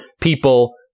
people